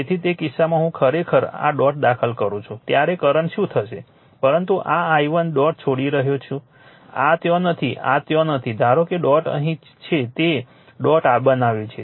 તેથી તે કિસ્સામાં હું ખરેખર આ ડોટ દાખલ કરું છું ત્યારે કરંટ શું થશે પરંતુ આ આઇ1 ડોટ છોડી રહ્યો છું આ ત્યાં નથી આ ત્યાં નથી ધારો કે ડોટ અહીં છે તેણે ડોટ બનાવ્યું છે